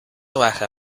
baja